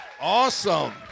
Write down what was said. Awesome